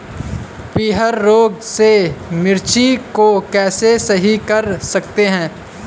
पीहर रोग से मिर्ची को कैसे सही कर सकते हैं?